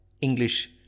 English